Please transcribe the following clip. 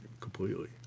completely